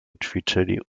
ćwiczyli